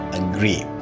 agree